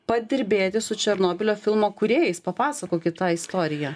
padirbėti su černobylio filmo kūrėjais papasakokit tą istoriją